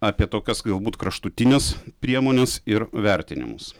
apie tokias galbūt kraštutines priemones ir vertinimus